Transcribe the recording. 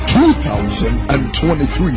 2023